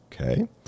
Okay